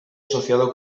asociado